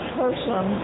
person